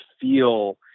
feel